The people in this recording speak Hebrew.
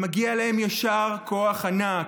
ומגיע להם יישר כוח ענק: